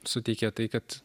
suteikia tai kad